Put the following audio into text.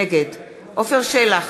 נגד עפר שלח,